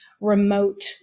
remote